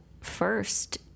first